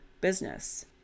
business